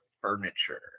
furniture